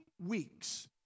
weeks